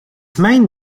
main